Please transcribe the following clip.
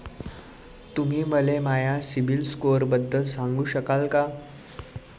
तुम्ही मले माया सीबील स्कोअरबद्दल सांगू शकाल का?